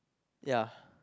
ya